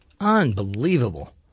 Unbelievable